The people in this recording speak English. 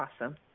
Awesome